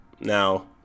Now